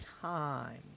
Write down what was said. time